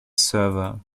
server